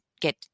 get